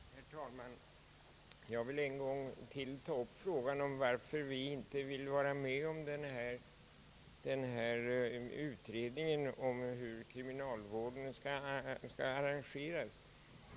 Herr talman! Jag vill än en gång ta upp frågan om varför vi inte vill vara med om att tillsätta en utredning om hur kriminalvården skall organiseras.